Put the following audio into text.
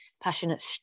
passionate